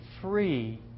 free